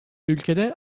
ülkede